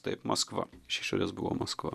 taip maskva iš išorės buvo maskva